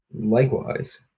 Likewise